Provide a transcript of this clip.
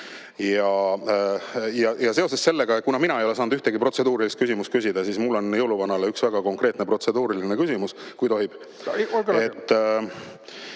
Ja seoses sellega, et mina ei ole saanud ühtegi protseduurilist küsimust küsida, on mul jõuluvanale üks väga konkreetne protseduuriline küsimus, kui tohib.